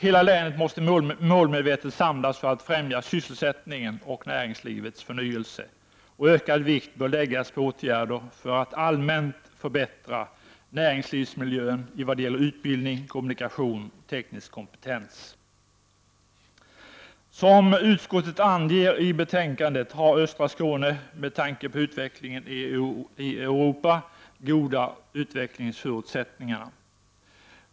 Hela länet måste målmedvetet samlas för att främja sysselsättningen och näringslivets förnyelse, och ökad vikt bör läggas vid åtgärder som allmänt förbättrar nä ringslivsmiljön vad gäller utbildning, kommunikationer och teknisk kompetens. Som utskottet anger i betänkandet har östra Skåne med tanke på utvecklingen i Europa goda utvecklingsförutsättningar.